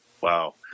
wow